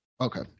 Okay